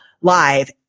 live